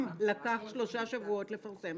----- שלכם לקח שלושה שבועות לפרסם,